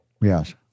yes